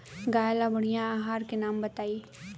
गाय ला बढ़िया आहार के नाम बताई?